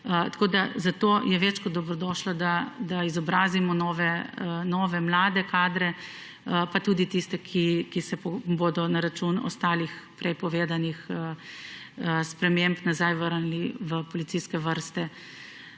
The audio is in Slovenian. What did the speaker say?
prijela. Zato je več kot dobrodošlo, da izobrazimo nove mlade kadre, pa tudi tiste, ki se bodo na račun ostalih prej povedanih sprememb nazaj vrnili v policijske vrste.